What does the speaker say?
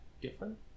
different